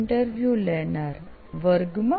interview લેનાર વર્ગમાં